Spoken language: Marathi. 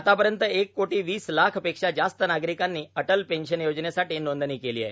आतापर्यंत एक कोटी वीस लाख पेक्षा जास्त नागरिकांनी अटल पेंशन योजनेसाठी नोंदणी केली आहे